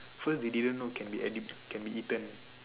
first they didn't know can be edib~ can be eaten